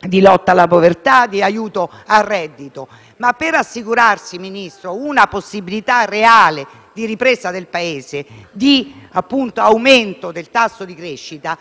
di lotta alla povertà e di aiuto al reddito; ma per assicurarsi, Ministro, una possibilità reale di ripresa del Paese e di aumento del tasso di crescita